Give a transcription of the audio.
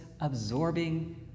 absorbing